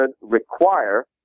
require